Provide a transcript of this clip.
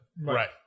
Right